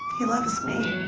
he loves me.